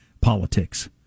politics